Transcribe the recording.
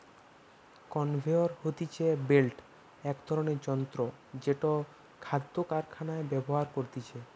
conveyor হতিছে belt এক ধরণের যন্ত্র জেটো খাদ্য কারখানায় ব্যবহার করতিছে